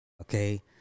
okay